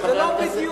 זה לא בדיוק.